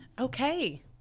Okay